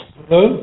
Hello